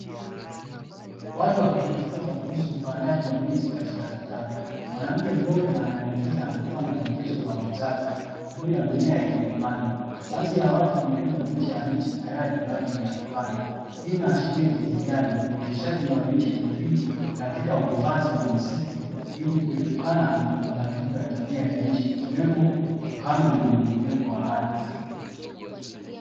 Watu wakijifunza kuhusu upandaji wa miti katika vitalu. Mwanamke mmoja anaelekeza na kutoa maelekezo kwa wenzake juu ya mimea iliyopandwa. Baadhi ya watu wamebeba miche ya miti tayari kwa ajili ya kupanda, hii inaashiria jinsi gani uoteshaji wa miche ni muhimu katika uhifadhi wa misitu ili kuepukana na mabadiliko ya tabia ya nchi ikiwemo ukame na mmomonyoko wa ardhi.